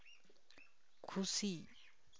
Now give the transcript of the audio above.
ᱠᱷᱩᱥᱤ